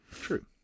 True